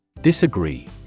Disagree